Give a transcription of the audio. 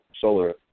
solar